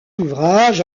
ouvrage